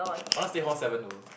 I wanna stay hall seven though